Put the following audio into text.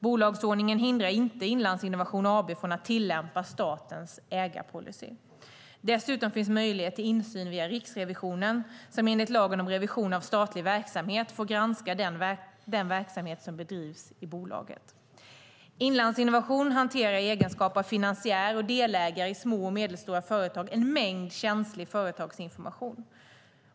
Bolagsordningen hindrar inte Inlandsinnovation AB från att tillämpa statens ägarpolicy. Dessutom finns möjlighet till insyn via Riksrevisionen som enligt lagen om revision av statlig verksamhet får granska den verksamhet som bedrivs i bolaget. Inlandsinnovation hanterar i egenskap av finansiär och delägare i små och medelstora företag en mängd känslig företagsinformation.